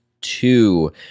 two